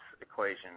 equation